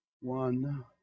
one